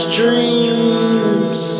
dreams